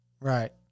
Right